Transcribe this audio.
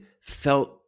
felt